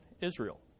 Israel